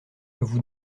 vous